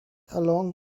along